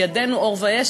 בידינו אור ואש.